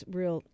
real